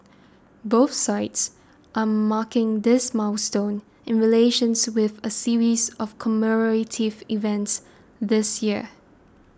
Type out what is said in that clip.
both sides are marking this milestone in relations with a series of commemorative events this year